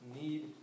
need